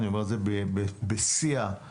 אני אומר את זה בשיא הרצינות.